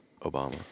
Obama